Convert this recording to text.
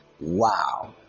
Wow